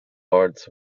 hearts